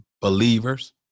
believers